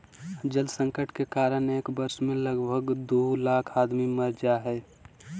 जल संकट के कारण एक वर्ष मे लगभग दू लाख आदमी मर जा हय